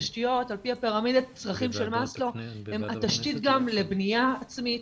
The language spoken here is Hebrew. תשתיות עפ"י פירמידת הצרכים של מאסלו הם התשתית גם לבנייה עצמית,